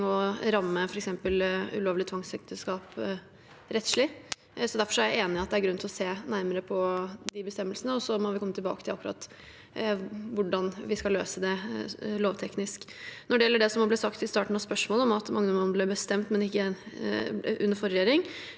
å ramme f.eks. ulovlig tvangsekteskap rettslig. Derfor er jeg enig i at det er grunn til å se nærmere på de bestemmelsene, og så må vi komme tilbake til akkurat hvordan vi skal løse det lovteknisk. Når det gjelder det som ble sagt i starten av spørsmålet, om at Magnormoen ble bestemt under forrige regjering,